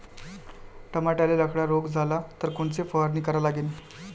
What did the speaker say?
टमाट्याले लखड्या रोग झाला तर कोनची फवारणी करा लागीन?